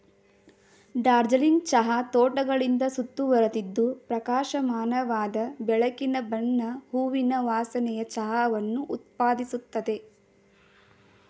ಡಾರ್ಜಿಲಿಂಗ್ ಚಹಾ ತೋಟಗಳಿಂದ ಸುತ್ತುವರಿದಿದ್ದು ಪ್ರಕಾಶಮಾನವಾದ ಬೆಳಕಿನ ಬಣ್ಣ ಹೂವಿನ ವಾಸನೆಯ ಚಹಾವನ್ನು ಉತ್ಪಾದಿಸುತ್ತದೆ